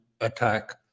attack